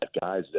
guys